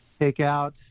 takeout